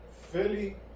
Philly